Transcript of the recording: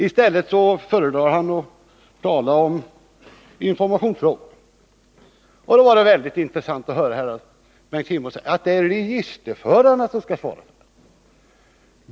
I stället föredrar han att tala om informationsfrågor. Det var väldigt intressant att höra Bengt Kindbom säga att det är registerförarna som skall svara för den här verksamheten.